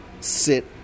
sit